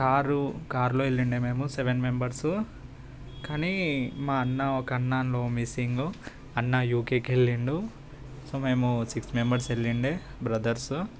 car కారులో ఎల్లుండే మేము సెవెన్ మెంబర్స్ కానీ మా అన్న ఒక అన్నలో మిస్సింగ్ అన్న యూకేకి వెళ్ళిండు సో మేము సిక్స్ మెంబర్స్ ఎల్లిండే బ్రదర్స్